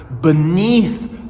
beneath